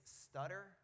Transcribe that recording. stutter